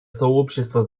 сообщество